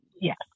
Yes